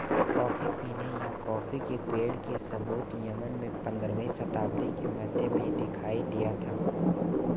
coffee पीने या coffee के पेड़ के सबूत यमन में पंद्रहवी शताब्दी के मध्य में दिखाई दिया था